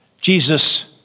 Jesus